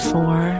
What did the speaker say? Four